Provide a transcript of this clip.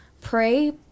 pray